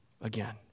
again